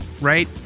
right